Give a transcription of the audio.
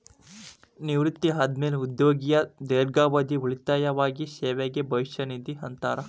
ನಿವೃತ್ತಿ ಆದ್ಮ್ಯಾಲೆ ಉದ್ಯೋಗಿಯ ದೇರ್ಘಾವಧಿ ಉಳಿತಾಯವಾಗಿ ಸೇವೆಗೆ ಭವಿಷ್ಯ ನಿಧಿ ಅಂತಾರ